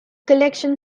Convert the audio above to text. collection